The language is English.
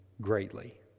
greatly